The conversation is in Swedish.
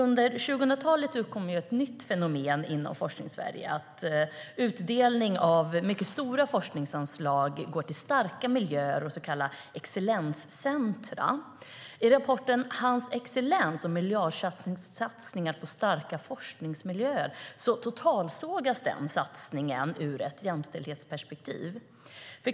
Under 2000-talet uppkom ett nytt fenomen inom Forskningssverige som innebär att utdelning av mycket stora forskningsanslag går till starka miljöer och så kallade excellenscentrum. totalsågas den satsningen ur ett jämställdhetsperspektiv.